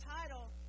title